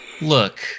Look